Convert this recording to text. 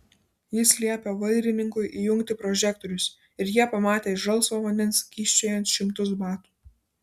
jis liepė vairininkui įjungti prožektorius ir jie pamatė iš žalsvo vandens kyščiojant šimtus batų